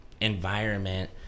environment